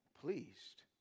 pleased